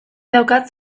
daukat